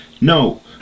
No